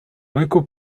local